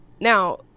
Now